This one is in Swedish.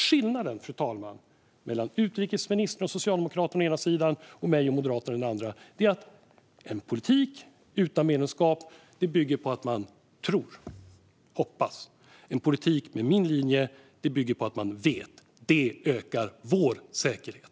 Skillnaden, fru talman, mellan utrikesministern och Socialdemokraterna å ena sidan och mig och Moderaterna å den andra är att en politik utan medlemskap bygger på att man tror och hoppas. En politik enligt min linje bygger på att man vet. Det ökar vår säkerhet.